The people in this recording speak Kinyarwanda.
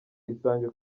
isange